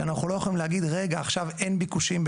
שאנחנו לא יכולים להגיד שעכשיו אין ביקושים,